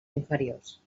inferiors